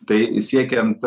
tai siekiant